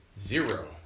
Zero